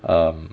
um